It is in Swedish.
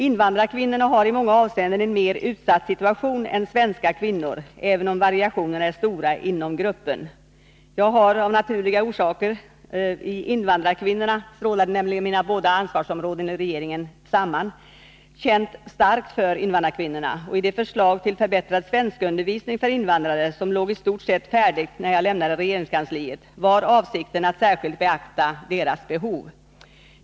Invandrarkvinnorna har i många avseenden en mer utsatt situation än svenska kvinnor, även om variationerna är stora inom gruppen. Jag har av naturliga orsaker — i fråga om invandrarkvinnorna strålade nämligen mina båda ansvarsområden i regeringen samman — känt starkt för invandrarkvinnorna, och i det förslag till förbättrad svenskundervisning för invandrare som låg i stort sett färdigt, när jag lämnade regeringskansliet, var avsikten att särskilt beakta invandrarkvinnornas behov.